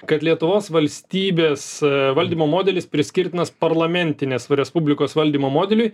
kad lietuvos valstybės a valdymo modelis priskirtinas parlamentinės respublikos valdymo modeliui